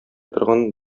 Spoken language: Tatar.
торган